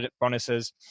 bonuses